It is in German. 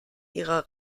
ihrer